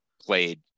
played